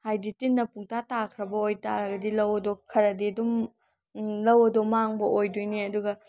ꯍꯥꯏꯗꯤ ꯇꯤꯟꯅ ꯄꯨꯡꯇꯥ ꯇꯥꯈ꯭ꯔꯕ ꯑꯣꯏꯇꯥꯔꯗꯤ ꯂꯧ ꯑꯗꯣ ꯈꯔꯗꯤ ꯑꯗꯨꯝ ꯂꯧ ꯑꯗꯣ ꯃꯥꯡꯕ ꯑꯣꯏꯗꯣꯏꯅꯦ ꯑꯗꯨꯒ